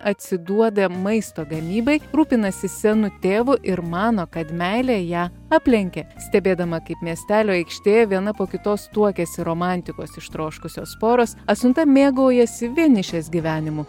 atsiduoda maisto gamybai rūpinasi senu tėvu ir mano kad meilė ją aplenkia stebėdama kaip miestelio aikštė viena po kitos tuokiasi romantikos ištroškusios poros asiunta mėgaujasi vienišės gyvenimu